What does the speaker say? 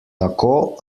tako